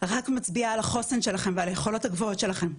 רק מצביע על החוסן שלכם ועל היכולות הגבוהות שלכם.